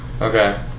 Okay